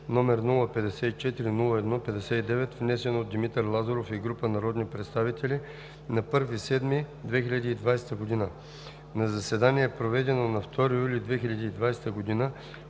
№ 054-01-59, внесен от Димитър Лазаров и група народни представители на 1 юли 2020 г. На заседание, проведено на 2 юли 2020 г.,